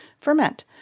ferment